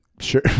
Sure